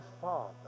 father